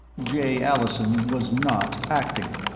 jay allison was not acting.